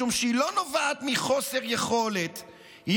משום שהיא לא נובעת מחוסר יכולת.